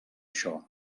això